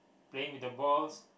playing with the balls